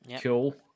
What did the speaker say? Cool